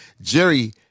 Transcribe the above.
Jerry